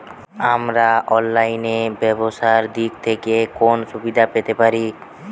আমরা অনলাইনে ব্যবসার দিক থেকে কোন সুবিধা পেতে পারি?